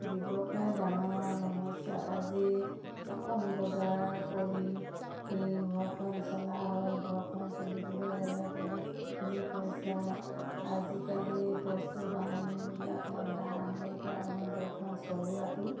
ব্যৱসায় ডাঙৰ সমস্যা আজি এখন বজাৰ কৰি ঘৰখন চলা হয় ঘৰখন চলিবলৈ হ'লে বহুতখিনি পইচাৰ আজিকালি বস্তু বাহনীবিলাকৰ দাম সেইকাৰণে ঘৰখন চলোৱাতো